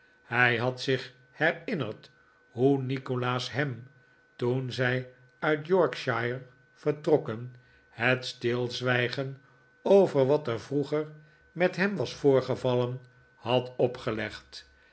hij had zich herinnerd hoe nikolaas hem toen zij uit yorkshire vertrokken het stilzwijgen over wat er vroeger met hem was voorgevallen had opgelegd